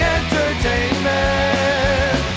entertainment